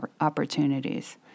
opportunities